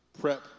prep